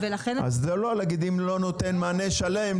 אז לא להגיד אם לא נותן מענה שלם,